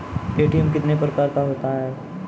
ATM कितने प्रकार का होता हैं?